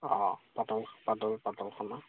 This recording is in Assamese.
অঁ পাতল পাতল পাতল এখন